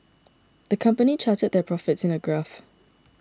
the company charted their profits in a graph